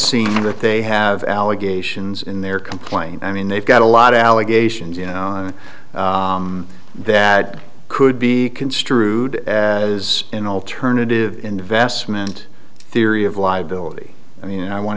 seem that they have allegations in their complaint i mean they've got a lot of allegations you know that could be construed as an alternative investment theory of live building i mean i want